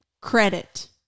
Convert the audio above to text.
credit